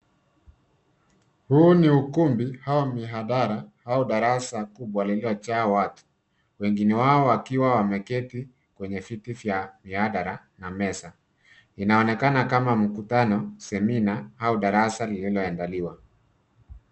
Huu ni ukumbi, au mihadhara, au darasa kubwa, lililojaa watu, wengine wao wakiwa wameketi, kwenye viti vya mihadhara, na meza. Inaonekana kama mkutano, semina, au darasa lililoandaliwa.